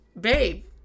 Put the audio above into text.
Babe